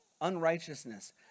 unrighteousness